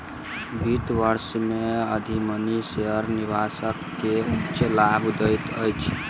वित्त वर्ष में अधिमानी शेयर निवेशक के उच्च लाभ दैत अछि